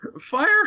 Fire